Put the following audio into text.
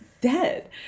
dead